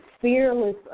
fearless